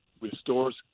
restores